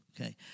okay